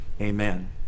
amen